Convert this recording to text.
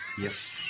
Yes